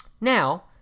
Now